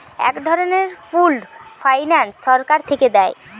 এক ধরনের pooled finance সরকার থিকে দেয়